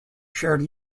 shared